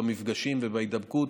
במפגשים ובהידבקות,